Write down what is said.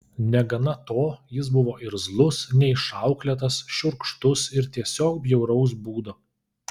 negana to jis buvo irzlus neišauklėtas šiurkštus ir tiesiog bjauraus būdo